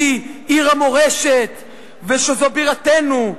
שהיא עיר המורשת ושזו בירתנו,